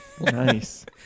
nice